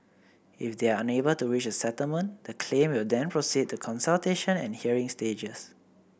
if they are unable to reach a settlement the claim will then proceed to consultation and hearing stages